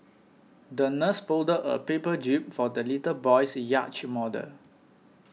the nurse folded a paper jib for the little boy's yacht model